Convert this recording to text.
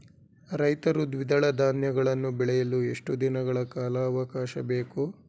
ರೈತರು ದ್ವಿದಳ ಧಾನ್ಯಗಳನ್ನು ಬೆಳೆಯಲು ಎಷ್ಟು ದಿನಗಳ ಕಾಲಾವಾಕಾಶ ಬೇಕು?